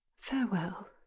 farewell